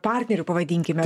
partnerių pavadinkime